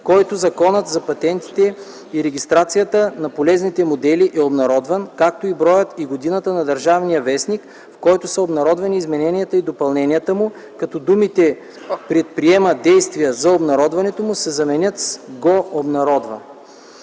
който Законът за патентите и регистрацията на полезните модели е обнародван, както и броят и годината на „Държавен вестник”, в който са обнародвани измененията и допълненията му, като думите „предприема действия за обнародването му” се заменят с „го обнародва”.